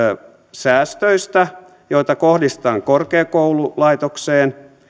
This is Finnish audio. säästöistä joita kohdistetaan korkeakoululaitokseen